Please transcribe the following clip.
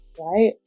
Right